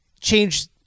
Change